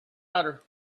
daughter